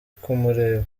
kumureba